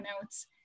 notes